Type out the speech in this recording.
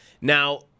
now